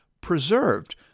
preserved